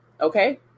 okay